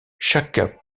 chaque